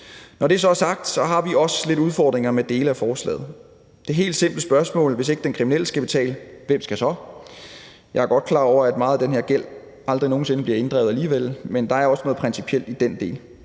Når det så er sagt, har vi også nogle udfordringer med dele af forslaget. Der er det helt simple spørgsmål: Hvis ikke den kriminelle skal betale, hvem skal så? Jeg er godt klar over, at meget af den her gæld aldrig nogen sinde bliver inddrevet alligevel, men der er også noget principielt i den del.